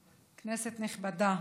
כנסת נכבדה,